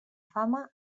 fama